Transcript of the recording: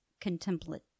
contemplate